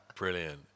Brilliant